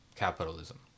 capitalism